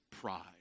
pride